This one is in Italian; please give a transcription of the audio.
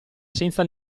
senza